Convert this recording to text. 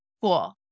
cool